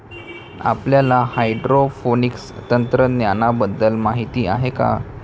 आपल्याला हायड्रोपोनिक्स तंत्रज्ञानाबद्दल माहिती आहे का?